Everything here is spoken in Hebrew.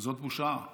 וזאת בושה גדולה.